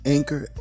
Anchor